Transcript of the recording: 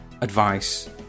advice